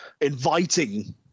inviting